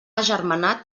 agermanat